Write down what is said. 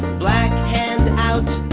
black hand and out,